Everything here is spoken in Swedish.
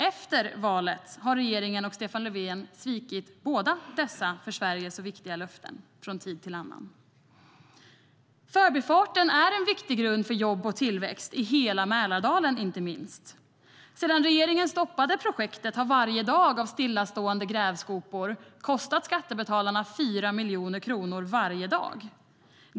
Efter valet har regeringen och Stefan Löfven svikit båda dessa för Sverige så viktiga löften, från tid till annan. Förbifarten är en viktig grund för jobb och tillväxt i hela Mälardalen, inte minst. Sedan regeringen stoppade projektet har varje dag av stillastående grävskopor kostat skattebetalarna 4 miljoner kronor.